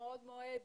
במעוד מועד